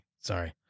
Sorry